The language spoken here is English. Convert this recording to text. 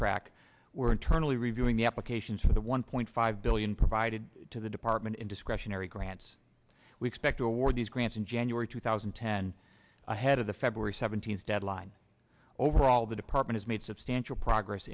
track were internally reviewing the applications for the one point five billion provided to the department in discretionary grants we expect to award these grants in january two thousand and ten ahead of the february seventeenth deadline overall the department has made substantial progress